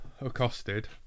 accosted